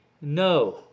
no